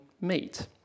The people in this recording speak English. meet